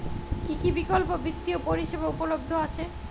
কী কী বিকল্প বিত্তীয় পরিষেবা উপলব্ধ আছে?